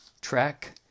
track